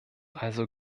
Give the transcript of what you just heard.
also